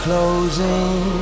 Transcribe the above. Closing